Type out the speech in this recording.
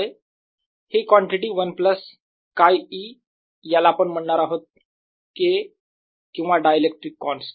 ही quantity - 1 plus 𝝌e याला आपण म्हणणार आहोत K किंवा डायइलेक्ट्रिक कॉन्स्टंट